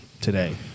today